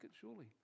surely